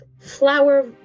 flower